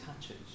touches